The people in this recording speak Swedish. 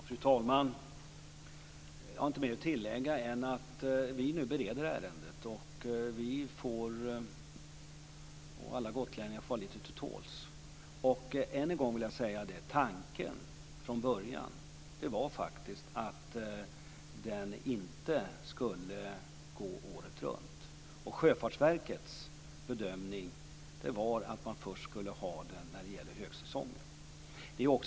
Fru talman! Jag har inte mer att tillägga än att vi bereder ärendet. Vi och alla gotlänningar får vara lite tålmodiga. Tanken var från början att färjan inte skulle gå året runt. Sjöfartsverkets bedömning var att den skulle användas under högsäsong.